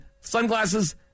sunglasses